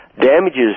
damages